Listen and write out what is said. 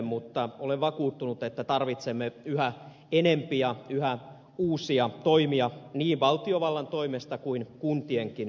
mutta olen vakuuttunut että tarvitsemme yhä enempi ja yhä uusia toimia niin valtiovallan toimesta kuin kuntienkin toimesta